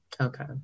Okay